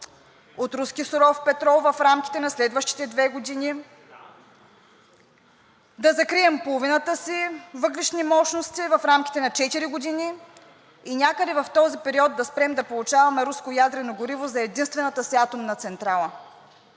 от руски суров петрол в рамките на следващите две години, да закрием половината си въглищни мощности в рамките на четири години и някъде в този период да спрем да получаваме руско ядрено гориво за единствената си атомна централа,